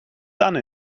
done